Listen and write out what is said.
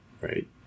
right